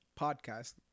podcast